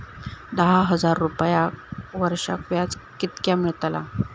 दहा हजार रुपयांक वर्षाक व्याज कितक्या मेलताला?